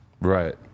Right